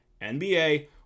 NBA